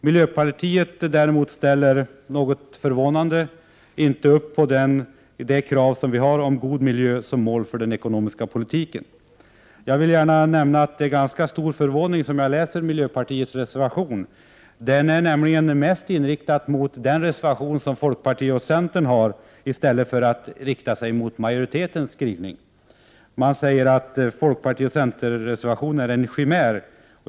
Miljöpartiet ställer sig däremot inte, vilket är något förvånande, bakom det krav om god miljö som vi har som mål för den ekonomiska politiken. Jag vill gärna nämna att det är med ganska stor förvåning som jag läser miljöpartiets reservation. Den verkar nämligen mest vara riktad mot centerns och folkpartiets reservation i stället för mot majoritetens skrivning. Miljöpartiet säger att vår reservation är en chimär.